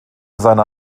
seiner